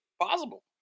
possible